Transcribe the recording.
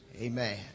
Amen